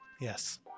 Yes